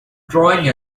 drawing